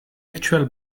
actual